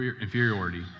inferiority